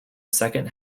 second